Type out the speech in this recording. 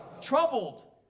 Troubled